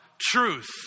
truth